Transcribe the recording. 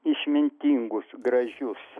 išmintingus gražius